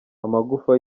amagufa